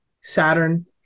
Saturn